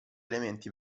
elementi